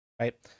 right